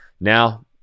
now